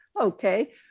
okay